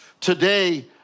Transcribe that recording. today